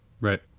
Right